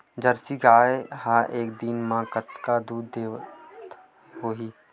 Jersey गाय ह एक दिन म कतेकन दूध देत होही?